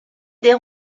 des